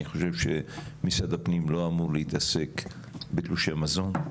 אני חושב שמשרד הפנים לא אמור להתעסק בתלושי מזון,